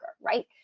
right